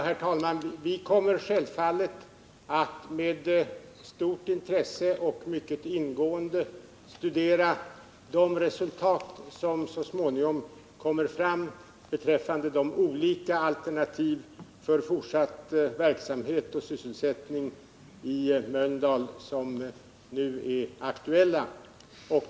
Herr talman! Vi kommer självfallet att med stort intresse och mycket ingående studera de resultat som så småningom kommer att presenteras beträffande de olika alternativ för fortsatt verksamhet och sysselsättning i Mölndal som nu är aktuella.